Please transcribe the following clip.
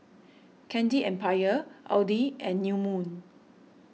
Candy Empire Audi and New Moon